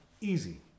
easy